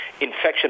infection